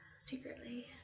Secretly